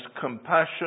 compassion